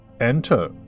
Enter